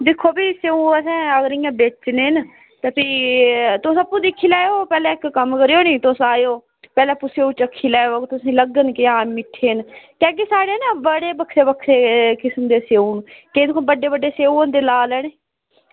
दिक्खो भी इंया स्यौ अगर बेचने न ते तुसें भी तुस आपूं दिक्खी लैयो ते इक्क कम्म करेओ नी पैह्लें तुस आपें आयो ते चक्खेओ नी ते फिर जेह्के मिट्ठे न ते साढ़े ना बक्खरे अलग किस्म दे स्यौ न केईं बक्खरे अलग किस्म दे बड्डे लाल स्यौ